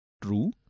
true